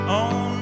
on